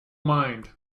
mind